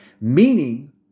Meaning